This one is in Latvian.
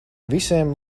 visiem